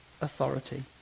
authority